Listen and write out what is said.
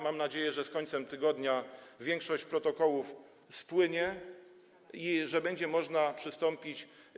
Mam nadzieję, że z końcem tygodnia większość protokołów spłynie i że będzie można przystąpić.